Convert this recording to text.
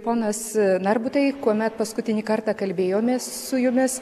ponas narbutai kuomet paskutinį kartą kalbėjomės su jumis